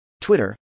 Twitter